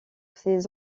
ses